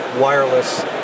wireless